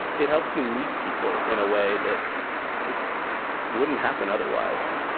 it helps you meet people in a way that just wouldn't happen otherwise.